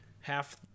half